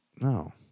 no